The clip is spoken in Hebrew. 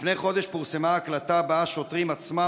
לפני חודש פורסמה הקלטה שבה השוטרים עצמם